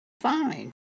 fine